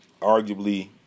arguably